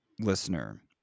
listener